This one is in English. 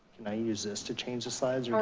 can i use this to change the slides? you know